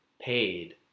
paid